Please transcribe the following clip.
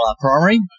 Primary